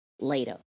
later